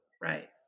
Right